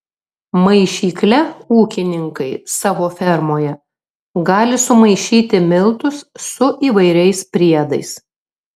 maišykle ūkininkai savo fermoje gali sumaišyti miltus su įvairiais priedais